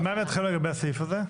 ומה עמדתכם לגבי הסעיף הזה?